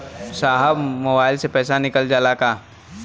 साहब मोबाइल से पैसा निकल जाला का?